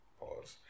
Pause